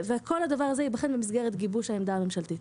כל הדבר הזה ייבחן במסגרת גיבוש העמדה הממשלתית.